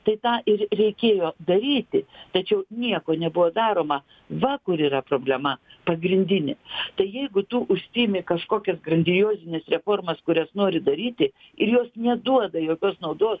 tai tą ir reikėjo daryti tačiau nieko nebuvo daroma va kur yra problema pagrindinė tai jeigu tu užsiimi kažkokias grandiozines reformas kurias nori daryti ir jos neduoda jokios naudos